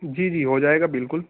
جی جی ہو جائے گا بالکل